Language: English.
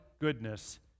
goodness